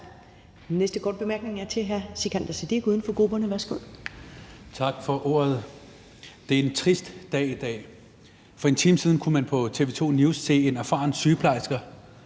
næste korte bemærkning er fra hr. Sikandar Siddique, uden for grupperne. Værsgo. Kl. 13:33 Sikandar Siddique (UFG): Tak for ordet. Det er en trist dag i dag. For en time siden kunne man på TV 2 News se en erfaren sygeplejerske